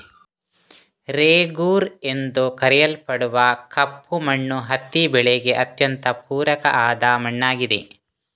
ರೇಗೂರ್ ಎಂದು ಕರೆಯಲ್ಪಡುವ ಕಪ್ಪು ಮಣ್ಣು ಹತ್ತಿ ಬೆಳೆಗೆ ಅತ್ಯಂತ ಪೂರಕ ಆದ ಮಣ್ಣಾಗಿದೆ